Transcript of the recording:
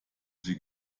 sie